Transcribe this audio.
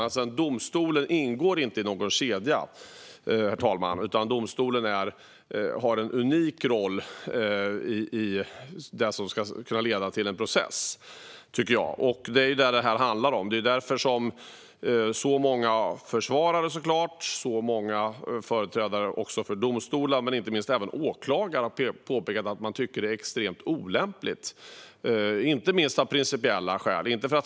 Men domstolen ingår inte i någon kedja. Domstolen har en unik roll i det som ska kunna leda till en process. Det är vad det här handlar om. Det är därför många försvarare - såklart - och många företrädare för domstolar men även åklagare har påpekat att det är extremt olämpligt, inte minst av principiella skäl.